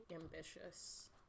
ambitious